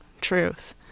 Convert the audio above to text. truth